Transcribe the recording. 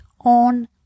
on